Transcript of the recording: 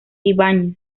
ibáñez